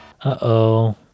Uh-oh